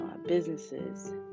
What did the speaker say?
businesses